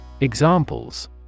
Examples